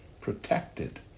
protected